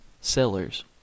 sellers